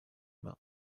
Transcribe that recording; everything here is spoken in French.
main